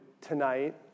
tonight